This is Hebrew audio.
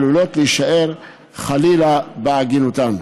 עלולות להישאר חלילה בעגינותן.